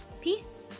peace